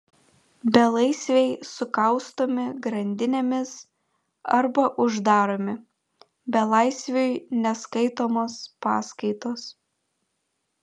belaisviai sukaustomi grandinėmis arba uždaromi belaisviui neskaitomos paskaitos